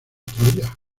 troya